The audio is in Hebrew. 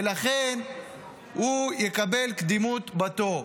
ולכן הוא יקבל קדימות בתור.